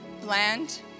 bland